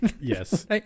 yes